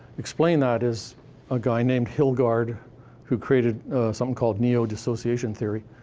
explain that is a guy named hilgard who created something called neodissociation theory.